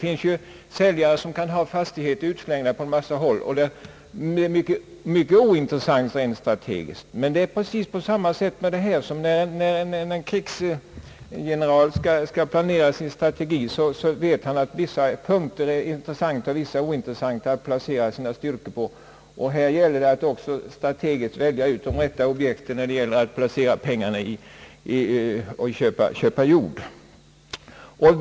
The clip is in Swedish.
Här är det precis på samma sätt som när en general skall planera sin strategi. Han vet att på vissa punkter är det intressant och på andra ointressant att placera styrkor. När man köper jord gäller det att strategiskt välja ut de rätta objekten att placera pengar i.